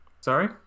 Sorry